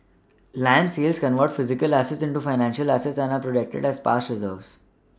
land sales convert physical assets into financial assets and are a protected as past Reserves